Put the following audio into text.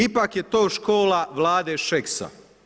Ipak je to škola vlade Šeksa.